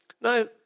Now